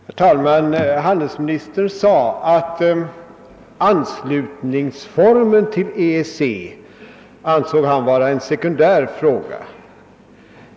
Herr talman! Handelsministern ansåg att formen för anslutning till EEC är en sekundär fråga.